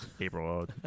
April